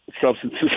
substances